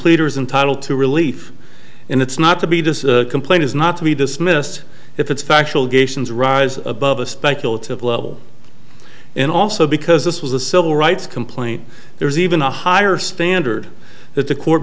pleaders entitled to relief and it's not to be just a complaint is not to be dismissed if it's factual geishas rise above a speculative level and also because this was a civil rights complaint there's even a higher standard that the court